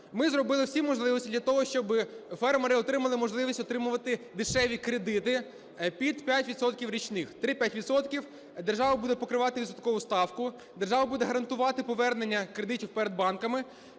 Ми зробили всі можливості для того, щоби фермери отримали можливість отримувати дешеві кредити під 5 відсотків річних, 3-5 відсотків. Держава буде покривати відсоткову ставку, держава буде гарантувати повернення кредитів перед банками.